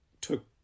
took